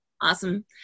Awesome